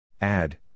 Add